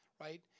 Right